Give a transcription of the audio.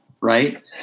Right